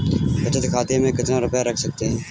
बचत खाते में कितना रुपया रख सकते हैं?